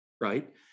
right